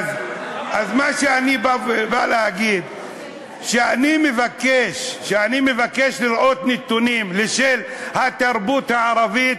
מה שאני בא להגיד זה שכשאני מבקש לראות נתונים של התרבות הערבית,